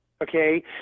okay